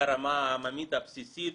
מהרמה העממית הבסיסית,